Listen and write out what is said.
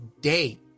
day